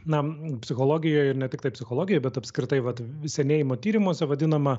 na psichologijoje ir ne tiktai psichologijoj bet apskritai vat senėjimo tyrimuose vadinama